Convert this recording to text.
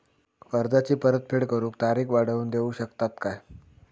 कर्जाची परत फेड करूक तारीख वाढवून देऊ शकतत काय?